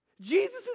Jesus